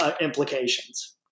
implications